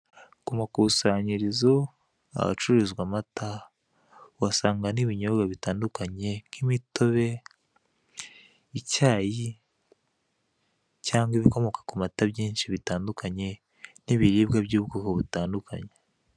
Ku makusanyirizo ahacururizwa amata uhasanga n'ibinyobwa bitandukanye nk'imitobe, icyayi cyangwa ibikomoka ku mata byinshi bitandukanye n'ibiribwa by'ubwoko butandukanye.